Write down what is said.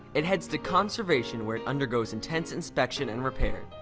it heads to conservation where it undergoes intense inspection and repair.